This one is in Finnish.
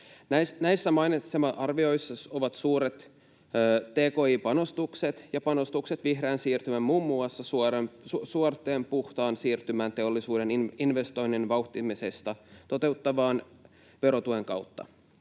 Näistä mainitsemisen arvoisia ovat suuret tki-panostukset ja panostukset vihreään siirtymään, muun muassa suora puhtaan siirtymän teollisuuden investointien vauhdittaminen, toteuttaminen verotuen kautta.